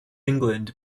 england